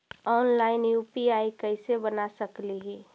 Online UPI कैसे बना सकली ही?